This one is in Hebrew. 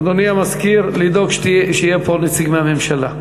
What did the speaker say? אדוני המזכיר, לדאוג שיהיה פה נציג מהממשלה.